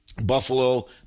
Buffalo